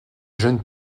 jeunes